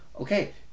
okay